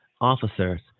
officers